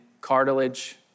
cartilage